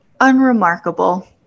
unremarkable